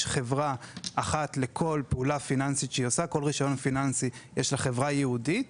לכל רישיון פיננסי יש חברה ייעודית,